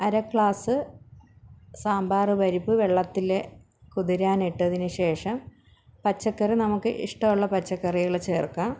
അര ഗ്ലാസ്സ് സാമ്പാറ് പരിപ്പ് വെള്ളത്തില് കുതിരാനിട്ടതിന് ശേഷം പച്ചക്കറി നമുക്ക് ഇഷ്ടമുള്ള പച്ചക്കറികള് ചേർക്കാം